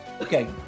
Okay